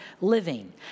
living